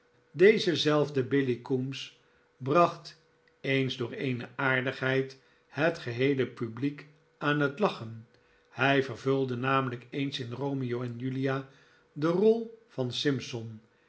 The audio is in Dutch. deze zelfde billy coombes bracht eens door eene aardigheid het geheele publiek aan het lachen hij vervulde namelijk eens in romeo en julia de rol van